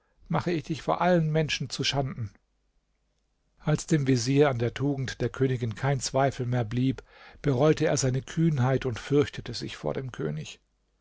mache ich dich vor allen menschen zuschanden als dem vezier an der tugend der königin kein zweifel mehr blieb bereute er seine kühnheit und fürchtete sich vor dem könig